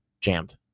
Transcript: jammed